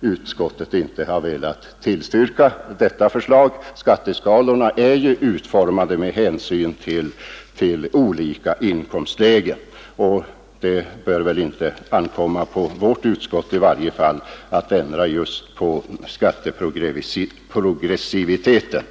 utskottet inte har velat tillstyrka detta förslag. Skatteskalorna är ju utformade med hänsyn till olika inkomstlägen, och det bör väl inte ankomma på vårt utskott i varje fall att ändra på skatteprogressiviteten.